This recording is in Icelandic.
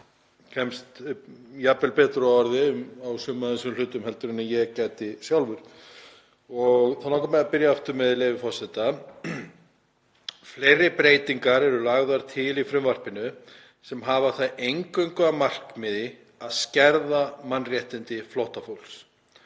kemst jafnvel betur að orði um suma af þessum hlutum en ég gæti sjálfur. Þá langar mig að byrja aftur, með leyfi forseta: „Fleiri breytingar eru lagðar til í frumvarpinu sem hafa það eingöngu að markmiði að skerða mannréttindi flóttafólks,